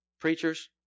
preachers